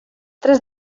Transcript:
tres